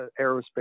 aerospace